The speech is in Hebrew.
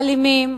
אלימים,